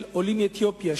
של עולים מאתיופיה,